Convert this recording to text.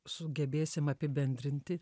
sugebėsim apibendrinti